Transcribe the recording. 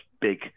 big